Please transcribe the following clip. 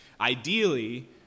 Ideally